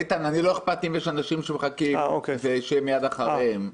לא איכפת לי שזה יהיה מיד אחר כך.